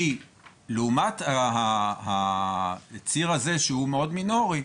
כי לעומת הציר הזה, שהוא מאוד מינורי,